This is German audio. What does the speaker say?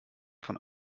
von